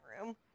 room